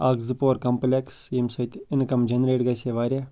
اَکھ زٕ پور کَمپٕلٮ۪کٕس ییٚمۍ سۭتۍ اِنکَم جَنریٹ گژھہے واریاہ